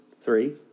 three